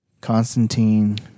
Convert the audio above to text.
Constantine